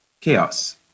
chaos